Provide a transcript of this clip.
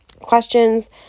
questions